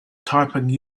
typing